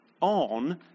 on